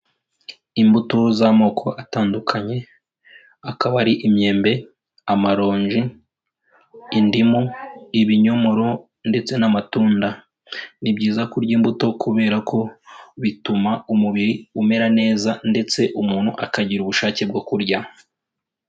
Imbuto z'amoko atandukanye akaba ari imyembe, amaronji, indimu, ibinyomoro ndetse n'amatunda. Ni byiza kurya imbuto kubera ko bituma umubiri umera neza ndetse umuntu akagira ubushake bwo kurya.